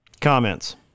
Comments